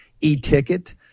e-ticket